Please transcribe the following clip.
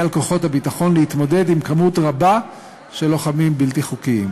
על כוחות הביטחון להתמודד עם מספר גדול של לוחמים בלתי חוקיים.